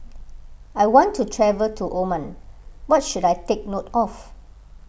I want to travel to Oman what should I take note of